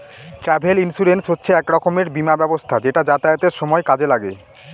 travel insurance হচ্ছে এক রকমের বীমা ব্যবস্থা যেটা যাতায়াতের সময় কাজে লাগে